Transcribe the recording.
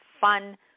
fun